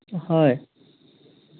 হয়